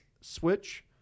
switch